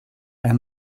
and